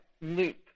loop